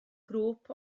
grŵp